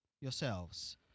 yourselves